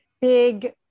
big